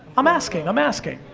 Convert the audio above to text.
i'm asking, i'm asking.